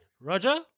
Roger